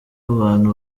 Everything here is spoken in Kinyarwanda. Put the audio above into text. abantu